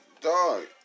dog